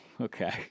okay